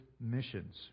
missions